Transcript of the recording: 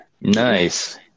Nice